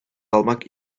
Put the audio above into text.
almak